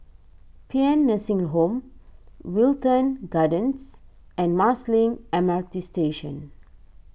Paean Nursing Home Wilton Gardens and Marsiling M R T Station